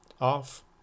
off